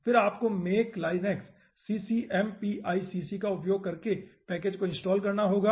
फिर आपको make linux CCmpicc का उपयोग करके पैकेज को इनस्टॉल करना होगा